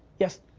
yes?